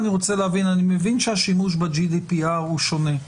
אני מבין שהשימוש ב-GDPR הוא שונה,